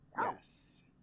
yes